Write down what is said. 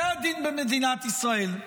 זה הדין במדינת ישראל.